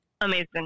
amazing